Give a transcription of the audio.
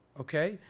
okay